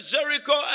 Jericho